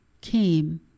came